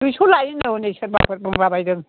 दुइस' लायोनो हनै सोरबाफोर बुंलाबायदों